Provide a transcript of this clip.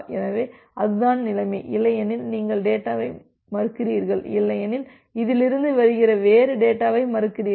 எனவே அதுதான் நிலைமை இல்லையெனில் நீங்கள் டேட்டாவை மறுக்கிறீர்கள் இல்லையெனில் இதிலிருந்து வருகிற வேறு டேட்டாவை மறுக்கிறீர்கள்